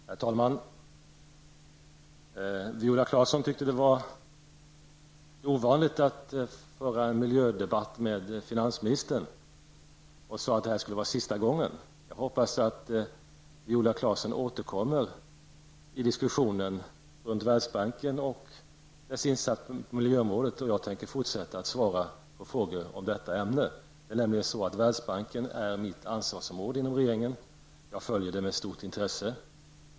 Herr talman! Viola Claesson tyckte det var ovanligt att föra en miljödebatt med finansministern. Hon sade att det här skulle vara sista gången. Jag hoppas att Viola Claesson återkommer i diskussionen runt Världsbanken och dess insatser på miljöområdet. Jag tänker fortsätta att svara på frågor om detta ämne. Det är nämligen så att Världsbanken är mitt ansvarsområde inom regeringen och jag följer den med stort intresse.